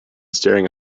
staring